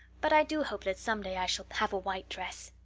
but i do hope that some day i shall have a white dress.